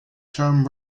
term